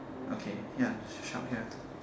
okay ya is a shark here